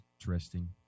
interesting